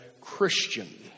Christian